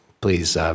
Please